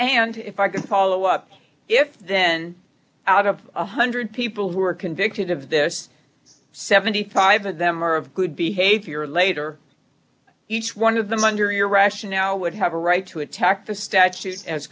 and if i can follow up if then out of one hundred people who are convicted of this seventy five of them are of good behavior later each one of them under your rationale would have a right to attack the statues a